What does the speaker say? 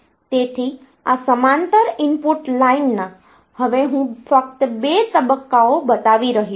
તેથી આ સમાંતર ઇનપુટ લાઈન ના હવે હું ફક્ત 2 તબક્કાઓ બતાવી રહ્યો છું